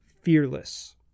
fearless